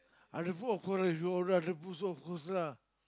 of course lah